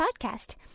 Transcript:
podcast